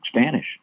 Spanish